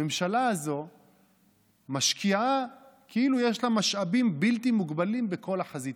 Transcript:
הממשלה הזו משקיעה כאילו יש לה משאבים בלתי מוגבלים בכל החזיתות: